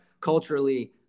culturally